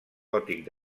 gòtic